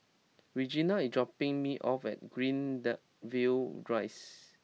Regena is dropping me off at Greendale view Rise